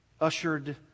ushered